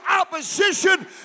opposition